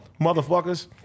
motherfuckers